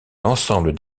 l’ensemble